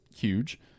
huge